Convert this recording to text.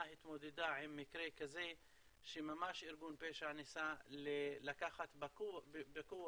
התמודדה עם מקרה כזה שממש ארגון פשע ניסה לקחת בכוח